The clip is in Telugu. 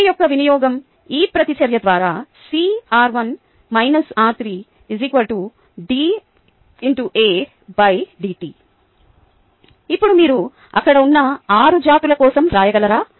A యొక్క వినియోగం ఈ ప్రతిచర్య ద్వారా C r1 r3 ddt ఇప్పుడు మీరు అక్కడ ఉన్న ఆరు జాతుల కోసం వ్రాయగలరా